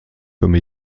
comme